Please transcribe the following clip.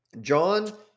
John –